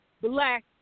black